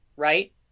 right